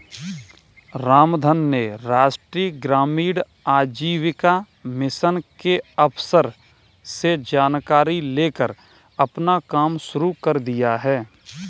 रामधन ने राष्ट्रीय ग्रामीण आजीविका मिशन के अफसर से जानकारी लेकर अपना कम शुरू कर दिया है